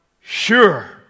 sure